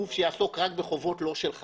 וגוף שיעסוק רק בחובות של לא חייבים.